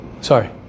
sorry